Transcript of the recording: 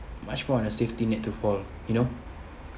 much more in a safety net to fall you know